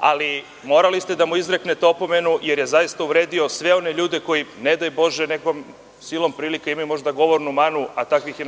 Pinočea. Morali ste da mu izreknete opomenu, jer je zaista uvredio sve one ljude, koji ne daj Bože ili silom prilika, imaju govornu manu, a takvih je